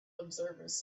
observers